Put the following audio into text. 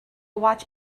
watch